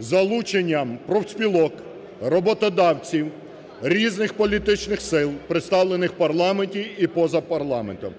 з залученням профспілок, роботодавців, різних політичних сил представлених в парламенті і поза парламентом.